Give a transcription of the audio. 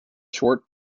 short